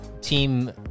team